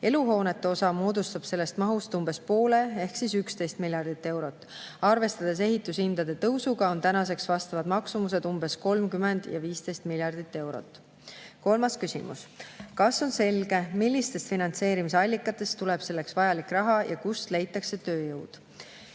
Eluhoonete osa moodustab sellest mahust umbes poole ehk 11 miljardit eurot. Arvestades ehitushindade tõusu on tänaseks vastavad maksumused umbes 30 ja 15 miljardit eurot. Kolmas küsimus: "Kas on selge, millistest finantseerimisallikatest tuleb selleks vajalik raha ja kust leitakse tööjõud?"